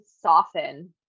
soften